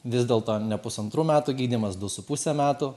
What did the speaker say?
vis dėlto ne pusantrų metų gydymas du su puse metų